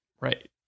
Right